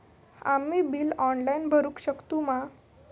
आम्ही bill online भरुक शकतू मा?